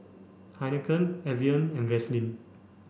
Heinekein Evian and Vaseline